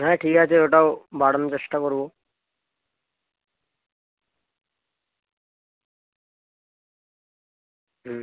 হ্যাঁ ঠিক আছে ওটাও বাড়ানোর চেষ্টা করবো হুম